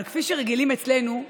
אבל, כפי שרגילים אצלנו,